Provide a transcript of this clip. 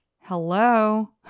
hello